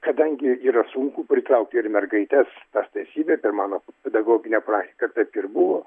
kadangi yra sunku pritraukti ir mergaites tas tai atsiliepė į mano pedagoginę praktiką taip ir buvo